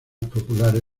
populares